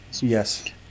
Yes